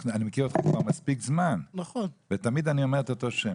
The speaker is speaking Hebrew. שזה